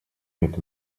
mit